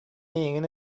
эйигин